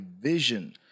vision